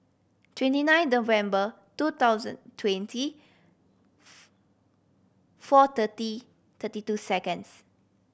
twenty nine November two thousand twenty four thirty thirty two seconds